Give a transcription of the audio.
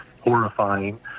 horrifying